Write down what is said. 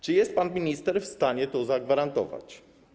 Czy jest pan minister w stanie to zagwarantować?